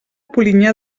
polinyà